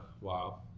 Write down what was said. Wow